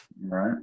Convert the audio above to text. right